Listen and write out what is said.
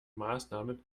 maßnahmen